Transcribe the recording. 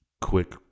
quick